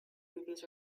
movies